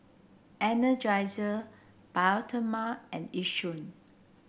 Energizer Bioderma and Yishion